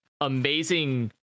amazing